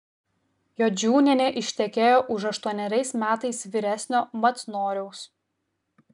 jodžiūnienė ištekėjo už aštuoneriais metais vyresnio macnoriaus